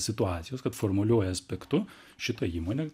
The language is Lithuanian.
situacijos kad formaliuoju aspektu šita įmonė